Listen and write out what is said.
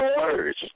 words